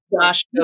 Josh